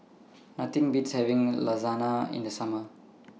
Nothing Beats having Lasagna in The Summer